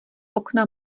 okna